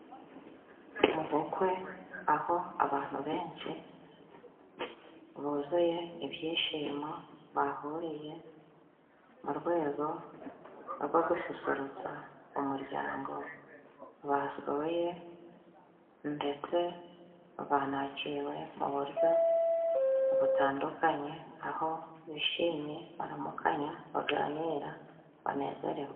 Mu bukwe aho abantu benshi buzuye ibyishimo, bahuriye mu rwego rwo gususurutsa umuryango basuye, ndetse banakiriwe mu buryo butandukanye, aho bishimye, baramukanya, baganira, banezerewe.